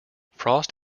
frost